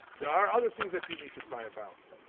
there are other things that you need to cry about.